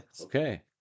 Okay